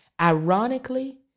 Ironically